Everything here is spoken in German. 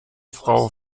frau